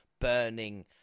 burning